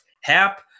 Hap